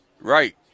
Right